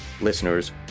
listeners